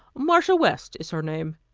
marcia west, is her name.